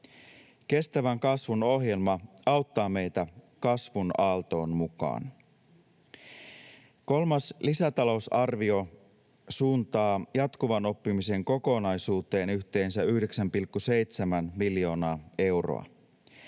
Kestävän kasvun ohjelma auttaa meitä kasvun aaltoon mukaan. Kolmas lisätalousarvio suuntaa jatkuvan oppimisen kokonaisuuteen yhteensä 9,7 miljoonaa euroa.